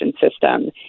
system